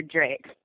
Drake